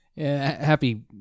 Happy